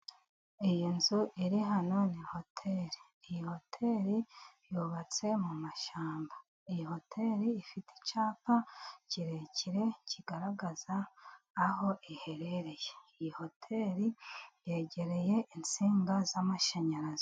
Iyi nzu iri hano ni hoteli, iyi hoteli yubatse mu mashyamba, iyi hoteli ifite icyapa kirekire kigaragaza aho iherereye, iyi hoteri yegereye insinga z'amashanyarazi.